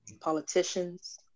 politicians